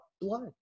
blood